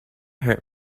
hurt